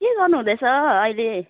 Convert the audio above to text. के गर्नु हुँदैछ अहिले